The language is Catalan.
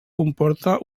comporta